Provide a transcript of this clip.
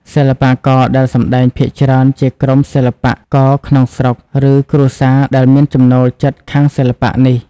សិល្បករដែលសម្តែងភាគច្រើនជាក្រុមសិល្បៈករក្នុងស្រុក ឬគ្រួសារដែលមានចំណូលចិត្តខាងសិល្បៈនេះ។